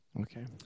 Okay